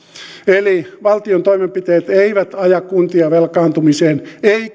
eli valtion toimenpiteet eivät aja kuntia velkaantumiseen